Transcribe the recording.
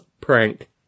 prank